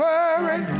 Worry